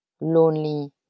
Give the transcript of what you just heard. lonely